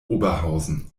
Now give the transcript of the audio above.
oberhausen